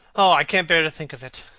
oh, i can't bear to think of it!